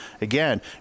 again